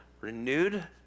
renewed